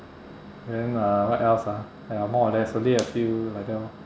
then uh what else ah ya more or less only a few like that lor